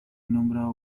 nombrado